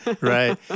Right